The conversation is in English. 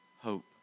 hope